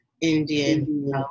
Indian